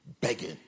begging